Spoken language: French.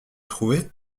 trouvés